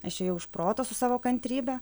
aš ėjau iš proto su savo kantrybe